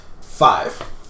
Five